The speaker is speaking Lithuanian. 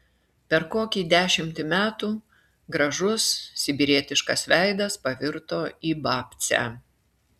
per kokį dešimtį metų gražus sibirietiškas veidas pavirto į babcę